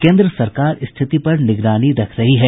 केंद्र सरकार स्थिति पर निगरानी रख रही है